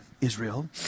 Israel